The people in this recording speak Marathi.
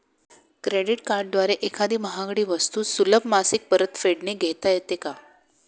क्रेडिट कार्डद्वारे एखादी महागडी वस्तू सुलभ मासिक परतफेडने घेता येते का?